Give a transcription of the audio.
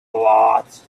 lot